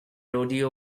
rodeo